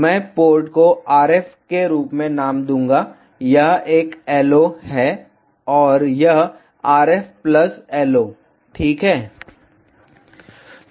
मैं पोर्ट को RF के रूप में नाम दूंगा यह एक LO है और यह RF LO ठीक है